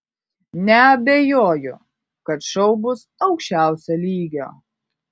neabejoju kad šou bus aukščiausio lygio